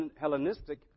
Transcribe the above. Hellenistic